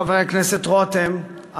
חבר הכנסת רותם,